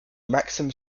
maxim